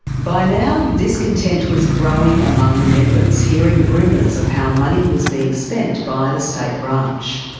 by now, discontent was growing among the members, hearing rumours of how money was being spent by the state branch.